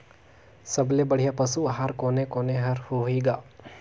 सबले बढ़िया पशु आहार कोने कोने हर होही ग?